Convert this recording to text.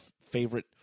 favorite